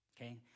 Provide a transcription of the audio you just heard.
Okay